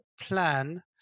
plan